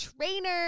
trainer